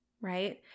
right